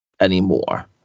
anymore